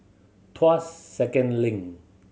Tuas Second Link